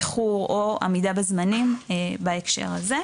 איחור או עמידה בזמנים בהקשר הזה.